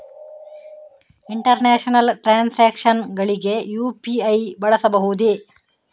International transactions ಗಳಿಗೆ ಯು.ಪಿ.ಐ ಬಳಸಬಹುದೇ?